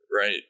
right